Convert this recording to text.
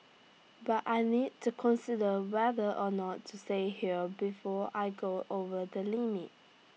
but I need to consider whether or not to stay here before I go over the limit